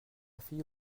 fille